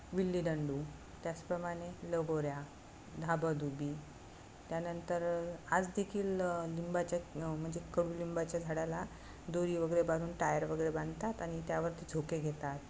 विल्लीदंडू त्याचप्रमाणे लगोऱ्या धाबंधुबी त्यानंतर आज देखील लिंबाच्या न म्हणजे कडुलिंबाच्या झाडाला दोरी वगैरे बांधून टायर वगैरे बांधतात आणि त्यावरती झोके घेतात